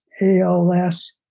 ALS